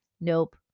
Nope